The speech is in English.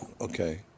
okay